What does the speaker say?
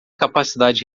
capacidade